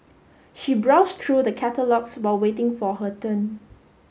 she browsed through the catalogues while waiting for her turn